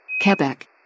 Quebec